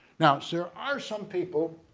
now so there are some people